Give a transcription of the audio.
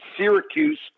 Syracuse